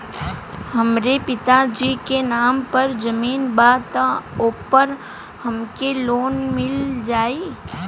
हमरे पिता जी के नाम पर जमीन बा त ओपर हमके लोन मिल जाई?